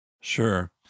Sure